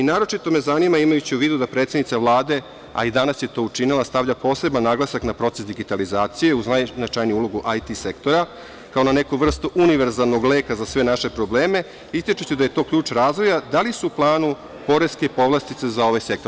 Naročito me zanima, imajući u vidu da predsednica Vlade, a i danas je to učinila, stavlja poseban naglasak na proces digitalizacije, uz najznačajniju ulogu IT sektora, kao na neku vrstu univerzalnog leka za sve naše probleme, ističući da je to ključ razvoja – da li su u planu poreske povlastice za ovaj sektor?